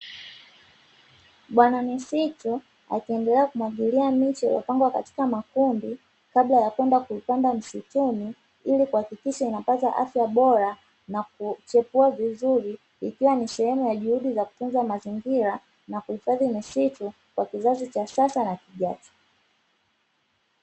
Bwana misitu, akiendelea kumwangalia miche iliyopangwa kwenye makundi, kabla ya kwenda kuipanda misituni ili kuhakikisha inapata afya bora na kuchipua vizuri, ikiwa ni juhudi za kutunza mazingira kwa kizazi cha sasa na kijacho.